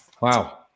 Wow